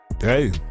Hey